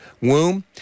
womb